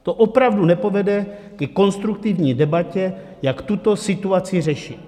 To opravdu nepovede ke konstruktivní debatě, jak tuto situaci řešit.